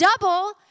Double